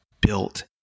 built